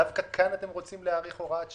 דווקא כאן אתם רוצים להאריך הוראת שעה?